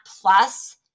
plus